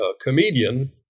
comedian